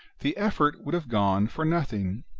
the effort would have gone for nothing.